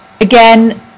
Again